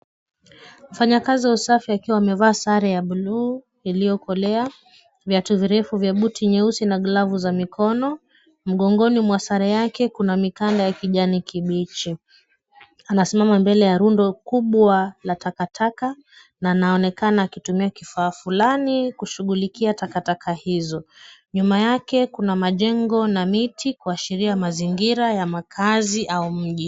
Mfanyakazi wa usafi akiwa amevaa sare ya blue ilioyokolea, viatu virefu vya buti nyeusi na glavu za mikono. Mgongoni mwa sare yake kuna mikanda ya kijani kibichi. Anasimama mbele ya rundo kubwa la takataka na anaonekana akitumia kifaa fulani kushughulikia takataka hizo. Nyuma yake kuna majengo na miti kuashiria mazingira ya makazi au mji.